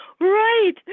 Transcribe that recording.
right